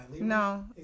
No